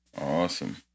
Awesome